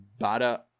bada